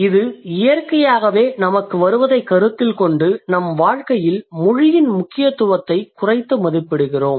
இது இயற்கையாகவே நமக்கு வருவதைக் கருத்தில் கொண்டு நம் வாழ்க்கையில் மொழியின் முக்கியத்துவத்தைக் குறைத்து மதிப்பிடுகிறோம்